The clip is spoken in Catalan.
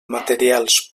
materials